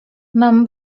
mam